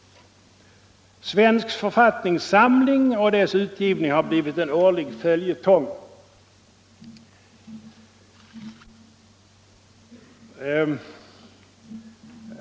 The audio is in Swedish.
Svensk författningssamling och dess utgivning har blivit en årlig följetong.